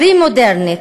פרה-מודרנית.